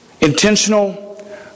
Intentional